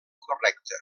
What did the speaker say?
correcta